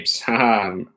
Haha